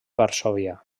varsòvia